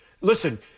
Listen